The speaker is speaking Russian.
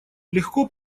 легко